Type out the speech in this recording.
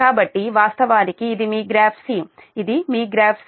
కాబట్టివాస్తవానికి ఇది మీ graph 'C' ఇది మీ గ్రాఫ్ 'C'